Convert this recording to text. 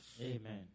Amen